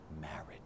marriage